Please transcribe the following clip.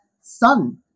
son